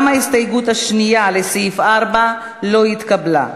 גם ההסתייגות השנייה לסעיף 4 לא התקבלה.